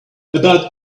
about